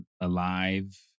alive